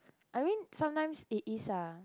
I mean sometimes it is ah